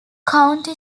county